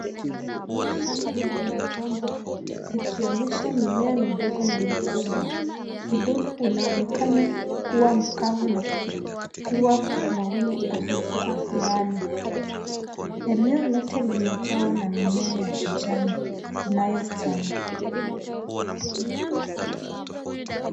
Shamba lenye migomba, likionyesha mimea midogo na mikubwa. Udongo unaonekana kuwa mkavu na kuwa mawingu hafifu angani. Eneo lote limejawa na mimea ya kijani inayostawi.